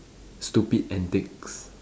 stupid antics